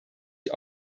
die